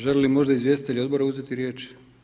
Želi li možda izvjestitelj odbora uzeti riječ?